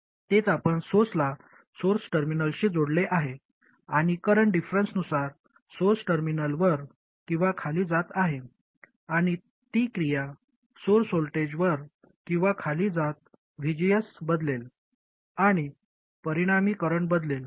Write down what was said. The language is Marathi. तेच आपण सोर्सला सोर्स टर्मिनलशी जोडले आहे आणि करंट डिफरंन्सनुसार सोर्स टर्मिनल वर किंवा खाली जात आहे आणि ती क्रिया स्त्रोत व्होल्टेज वर किंवा खाली जात VGS बदलेल आणि परिणामी करंट बदलेल